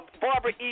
Barbara